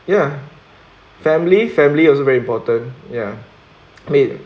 ya family family also very important ya wait mm